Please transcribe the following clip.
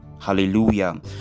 hallelujah